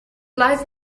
life